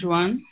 one